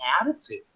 attitude